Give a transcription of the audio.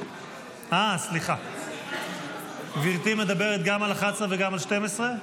אה, סליחה, גברתי מדברת גם על 11 וגם על 12?